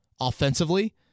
offensively